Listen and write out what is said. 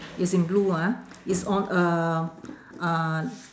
it's in blue ah it's on uh uh